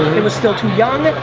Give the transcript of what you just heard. it was still too young.